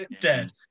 dead